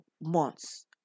months